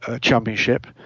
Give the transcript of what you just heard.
championship